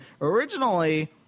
originally